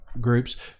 groups